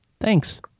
Thanks